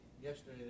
yesterday